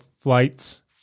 flights